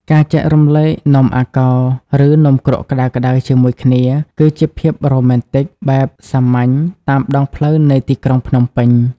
ការចែករំលែកនំអាកោ ឬនំគ្រក់ក្ដៅៗជាមួយគ្នា គឺជាភាពរ៉ូមែនទិកបែបសាមញ្ញតាមដងផ្លូវនៃទីក្រុងភ្នំពេញ។